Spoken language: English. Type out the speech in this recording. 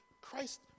Christ